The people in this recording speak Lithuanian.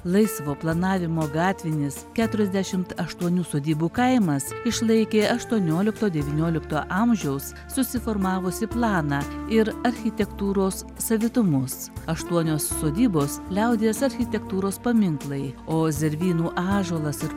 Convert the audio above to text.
laisvo planavimo gatvinis keturiasdešimt aštuonių sodybų kaimas išlaikė aštuoniolikto devyniolikto amžiaus susiformavusį planą ir architektūros savitumus aštuonios sodybos liaudies architektūros paminklai o zervynų ąžuolas ir